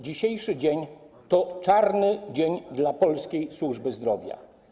Dzisiejszy dzień to czarny dzień dla polskiej służby zdrowia.